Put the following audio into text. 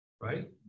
right